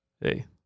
Hey